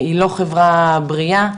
היא לא חברה בריאה,